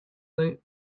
night